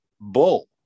bull